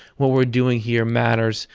what we're doing here matters.